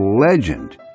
legend